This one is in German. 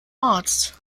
arzt